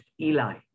Eli